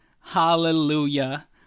hallelujah